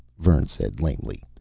vern said lamely.